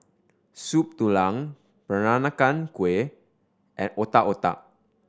Soup Tulang Peranakan Kueh and Otak Otak